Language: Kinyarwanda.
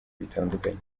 bitandukanye